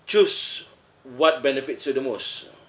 choose what benefits you the most